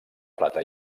plata